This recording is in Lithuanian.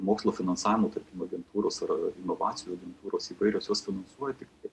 mokslo finansavimo tarkim agentūos yra inovacijų agentūros įvairios jos finansuoja